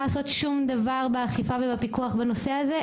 לעשות שום דבר באכיפה ובפיקוח בנושא הזה?